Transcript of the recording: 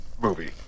movie